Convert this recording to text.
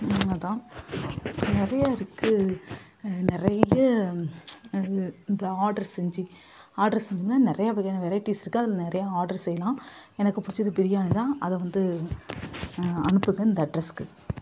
அதுதான் நிறைய இருக்குது நிறைய இந்த ஆர்டரு செஞ்சு ஆடர்ஸ்னா நிறைய வகையான வெரைட்டீஸ் இருக்குது அதில் நிறைய ஆர்டர் செய்லாம் எனக்குப் பிடிச்சது பிரியாணி தான் அதை வந்து அனுப்புங்க இந்த அட்ரஸ்க்கு